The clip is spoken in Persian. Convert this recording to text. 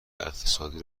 اقتصادی